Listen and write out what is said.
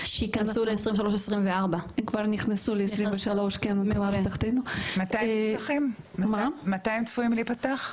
שנכנסו לתקציב של שנת 2023. מתי הם צפויים להיפתח?